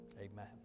amen